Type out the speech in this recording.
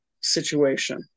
situation